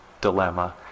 dilemma